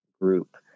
group